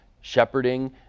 shepherding